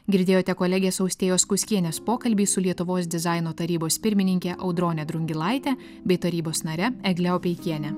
girdėjote kolegės austėjos kuskienės pokalbį su lietuvos dizaino tarybos pirmininke audrone drungilaite bei tarybos nare egle opeikiene